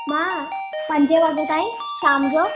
मां पंजें वॻे ताईं शाम जो